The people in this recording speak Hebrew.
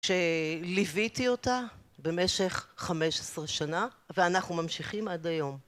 שליוויתי אותה במשך 15 שנה ואנחנו ממשיכים עד היום.